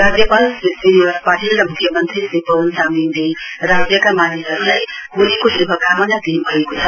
राज्यपाल श्री श्रीनिवास पाटिल र मुख्यमन्त्री श्री पवन चामलिङले राज्यका मानिसहरुलाई होलीको शुभकामना दिनुभएको छ